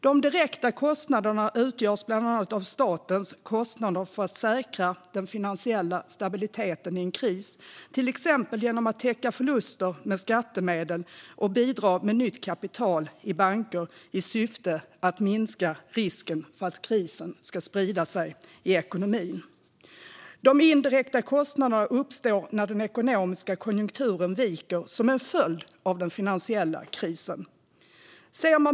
De direkta kostnaderna utgörs bland annat av statens kostnader för att säkra den finansiella stabiliteten i en kris till exempel genom att täcka förluster med skattemedel och bidra med nytt kapital i banker i syfte att minska risken för att krisen ska sprida sig i ekonomin. De indirekta kostnaderna uppstår när den ekonomiska konjunkturen viker som en följd av den finansiella krisen.